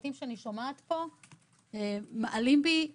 המשפטים שאני שומעת פה מעלים בי חלחלה.